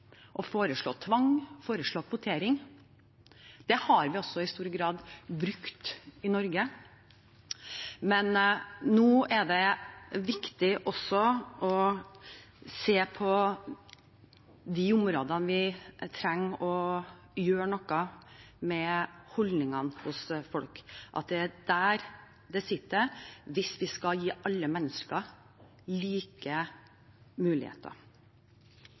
å gjøre endringer knyttet til loven og foreslå tvang, foreslå kvotering. Det har vi også i stor grad gjort i Norge. Men nå er det viktig å se på de områdene der vi trenger å gjøre noe med holdningene hos folk. Det er der det sitter, hvis vi skal gi alle mennesker like muligheter.